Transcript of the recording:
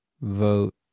vote